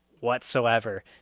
whatsoever